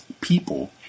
people